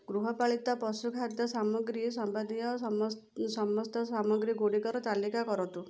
ଗୃହପାଳିତ ପଶୁ ଖାଦ୍ୟ ସାମଗ୍ରୀ ସମ୍ବନ୍ଧୀୟ ସମ ସମସ୍ତ ସାମଗ୍ରୀଗୁଡ଼ିକର ତାଲିକା କରନ୍ତୁ